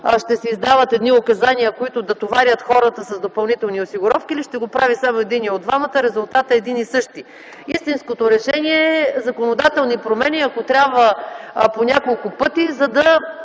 ще си издават указания, които да товарят хората с допълнителни осигуровки, или ще го прави само единият от двамата – резултатът е един и същ. Истинското решение е законодателни промени, ако трябва по няколко пъти, за да